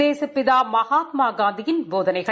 தேசப்பிதா மகாத்மாகாந்தியின் போதனைகள்